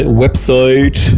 website